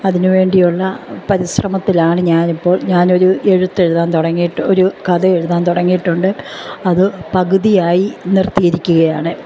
അതിന് വേണ്ടിയുള്ള പരിശ്രമത്തിലാണ് ഞാൻ ഇപ്പോൾ ഞാൻ ഒരു എഴുത്ത് എഴുതാൻ തുടങ്ങിയിട്ട് ഒരു കഥ എഴുതാൻ തുടങ്ങിയിട്ടുണ്ട് അത് പകുതിയായി നിർത്തിയിരിക്കുകയാണ്